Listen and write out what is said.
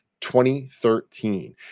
2013